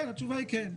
כן, התשובה היא כן.